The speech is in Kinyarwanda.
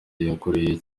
yakuriye